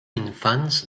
infants